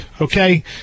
okay